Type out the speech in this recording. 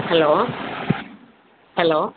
hello hello